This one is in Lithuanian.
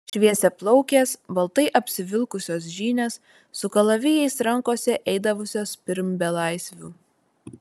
šviesiaplaukės baltai apsivilkusios žynės su kalavijais rankose eidavusios pirm belaisvių